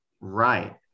right